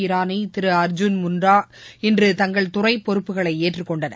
இரானி திரு அர்ஜுன் முண்டா இன்று தங்கள் துறை பொறுப்புகளை ஏற்றுக்கொண்டனர்